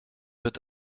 wird